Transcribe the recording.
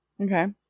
okay